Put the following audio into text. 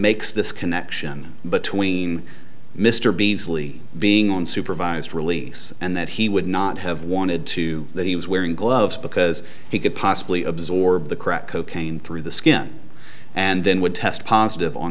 makes this connection between mr beazley being on supervised release and that he would not have wanted to that he was wearing gloves because he could possibly absorb the crack cocaine through the skin and then would test positive on